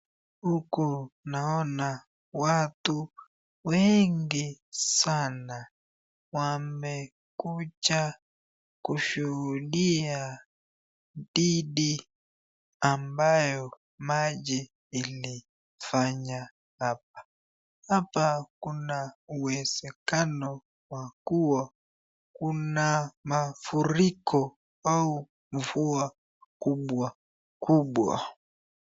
Huku naona watu wengi sana wamekuja kushuhudia dhidi ambayo maji ilifanya hapa. Hapa kuna uwezekano ya kuwa kuna mafuriko au mvua kubwa kubwa.